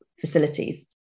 facilities